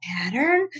pattern